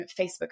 Facebook